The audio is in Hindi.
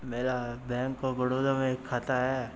मेरा बैंक ऑफ़ बड़ौदा में एक खाता है